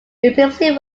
previously